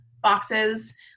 boxes